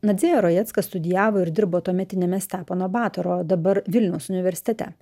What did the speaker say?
nadzėja rajecka studijavo ir dirbo tuometiniame stepono batoro dabar vilniaus universitete